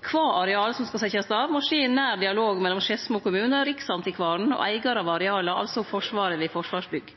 Kva areal som skal setjast av, må skje i nær dialog mellom Skedsmo kommune, Riksantikvaren og eigaren av arealet, altså Forsvaret ved Forsvarsbygg.